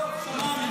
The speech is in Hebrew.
יצאת ידי חובה, זהו.